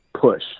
push